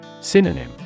Synonym